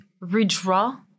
redraw